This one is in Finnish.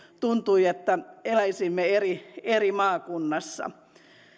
tuntui kuin eläisimme eri eri maakunnassa